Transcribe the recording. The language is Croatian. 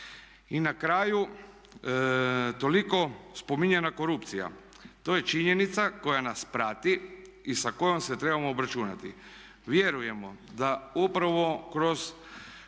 I na kraju toliko spominjana korupcija. To je činjenica koja nas prati i sa kojom se trebamo obračunati. Vjerujemo da upravo kroz